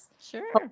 sure